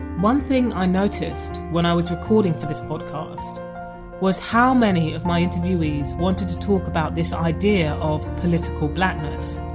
one thing i noticed when i was recording for this podcast was how many of my interviewees wanted to talk about this idea of political blackness.